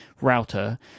router